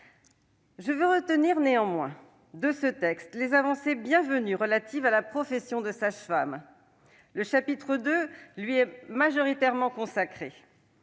Je retiens néanmoins de ce texte les avancées bienvenues concernant la profession de sage-femme. Le chapitre II lui est majoritairement consacré.